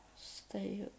Stay